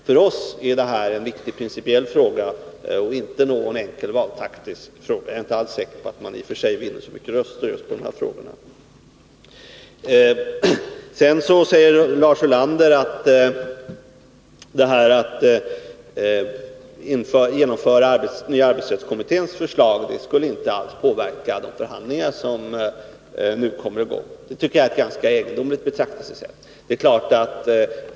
För oss är detta en viktig principiell fråga och inte en enkel valtaktisk fråga — jag är inte alls säker på att man vinner så många röster på den. Sedan säger Lars Ulander att ett genomförande av nya arbetsrättskommitténs förslag inte skulle påverka de förhandlingar som nu kommer i gång. Det är ett ganska egendomligt betraktelsesätt.